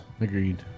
Agreed